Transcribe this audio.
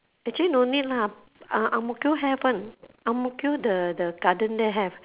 actually no need lah uh ang-mo-kio have [one] ang-mo-kio the the garden there have